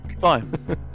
Fine